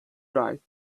right